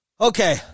Okay